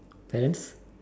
parents